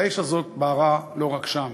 והאש הזאת בערה לא רק שם,